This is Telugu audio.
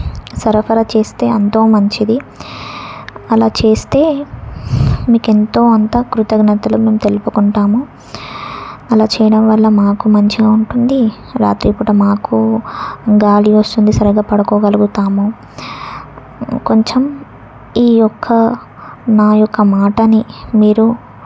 సరఫరా చేస్తే ఎంతో మంచిది అలా చేస్తే మీకు ఎంతో అంతా కృతజ్ఞతలు మేము తెలుపుకుంటాము అలా చేయడం వల్ల మాకు మంచిగా ఉంటుంది రాత్రిపూట మాకు గాలి వస్తుంది సరిగా పడుకోగలుగుతాము కొంచెం ఈ యొక్క నాయొక్క మాటని మీరు